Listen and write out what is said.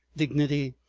dignity,